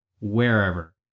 wherever